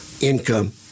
income